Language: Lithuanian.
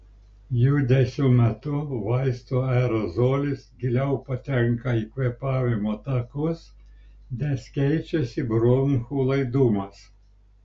judesio metu vaisto aerozolis giliau patenka į kvėpavimo takus nes keičiasi bronchų laidumas